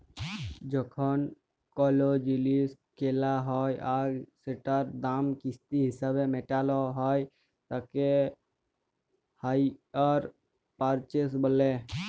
যখন কোলো জিলিস কেলা হ্যয় আর সেটার দাম কিস্তি হিসেবে মেটালো হ্য়য় তাকে হাইয়ার পারচেস বলে